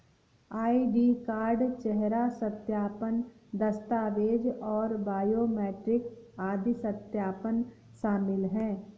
ID card, चेहरा सत्यापन, दस्तावेज़ और बायोमेट्रिक आदि सत्यापन शामिल हैं